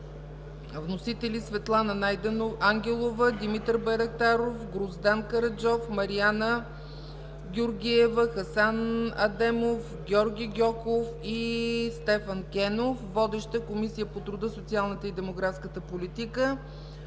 Вносители – Светлана Ангелова, Димитър Байрактаров, Гроздан Караджов, Мариана Тодорова, Хасан Адемов, Георги Гьоков и Стефан Кенов. Водеща е Комисията по труда, социалната и демографската политика.